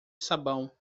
sabão